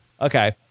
Okay